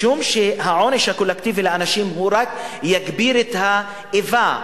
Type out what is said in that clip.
משום שהעונש הקולקטיבי לאנשים רק יגביר את האיבה.